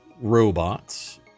robots